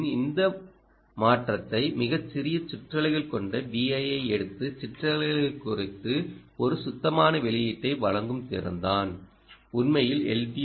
ஓவின் இந்த மாற்றத்தை மிகச் சிறிய சிற்றலைகள் கொண்ட Vi ஐ எடுத்து சிற்றலைகளைக் குறைத்து ஒரு சுத்தமான வெளியீட்டை வழங்கும் திறன்தான் உண்மையில் எல்